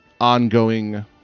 ongoing